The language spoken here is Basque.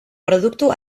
produktu